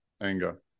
Anger